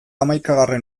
hamaikagarren